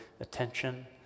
attention